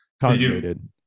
congregated